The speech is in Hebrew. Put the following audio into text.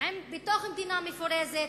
הם בתוך מדינה מפורזת,